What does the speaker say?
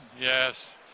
Yes